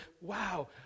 wow